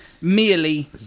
merely